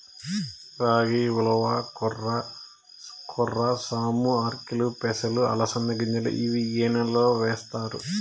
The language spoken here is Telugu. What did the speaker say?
రాగి, ఉలవ, కొర్ర, సామ, ఆర్కెలు, పెసలు, అలసంద గింజలు ఇవి ఏ నెలలో వేస్తారు?